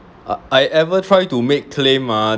uh I ever try to make claim ah